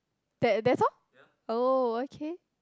that that's all oh okay